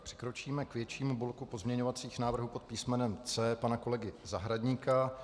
Přikročíme k většímu bloku pozměňovacích návrhů pod písmenem C pana kolegy Zahradníka.